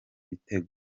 bitego